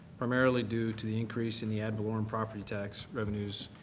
primarily due to the increase in the ad valorem property tax revenues,